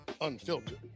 unfiltered